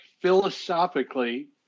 philosophically